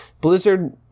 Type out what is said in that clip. Blizzard